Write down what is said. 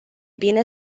bine